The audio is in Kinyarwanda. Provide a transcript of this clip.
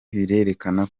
birerekana